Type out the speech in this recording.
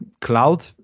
cloud